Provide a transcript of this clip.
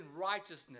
righteousness